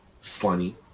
Funny